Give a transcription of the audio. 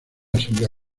asamblea